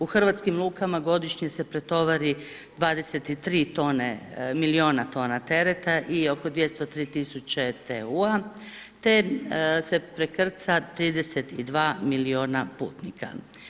U hrvatskim lukama godišnje se pretovari 23 tone, milijuna tona tereta i oko 203 tisuće ... te se prekrca 32 milijuna putnika.